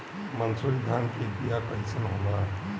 मनसुरी धान के बिया कईसन होला?